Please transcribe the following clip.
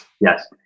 Yes